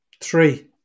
Three